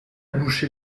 bouché